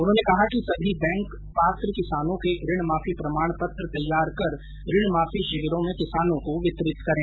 उन्होंने कहा कि सभी बैंक पात्र किसानों के ऋण माफी प्रमाण पत्र तैयार कर ऋण माफी शिविरों में किसानों को वितरित करें